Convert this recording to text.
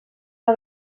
una